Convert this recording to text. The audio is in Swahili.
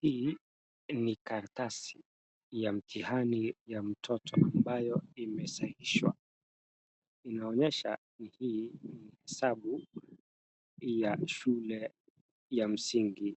Hii ni karatasi ya mtihani ya mtoto ambayo imesahihishwa . Inaonyesha hii ni hesabu ya shule ya msingi